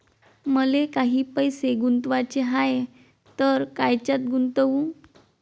मले काही पैसे गुंतवाचे हाय तर कायच्यात गुंतवू?